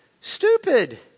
stupid